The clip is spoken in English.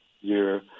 year